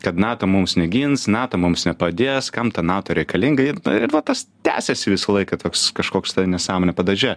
kad nato mums negins nato mums nepadės kam ta nato reikalinga ir ir va tas tęsiasi visą laiką toks kažkoks tai nesąmonių padaže